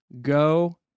go